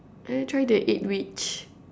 I want to try the eggwich